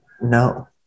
no